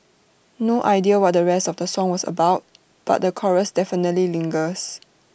no idea what the rest of the song was about but the chorus definitely lingers